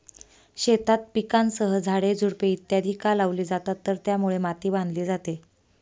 शेतात पिकांसह झाडे, झुडपे इत्यादि का लावली जातात तर त्यामुळे माती बांधली जाते